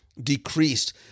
decreased